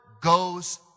goes